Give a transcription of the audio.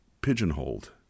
pigeonholed